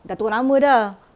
sudah tukar nama sudah